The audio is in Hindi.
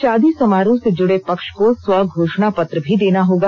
शादी समारोह से जुड़े पक्ष को स्वघोषणा पत्र भी देना होगा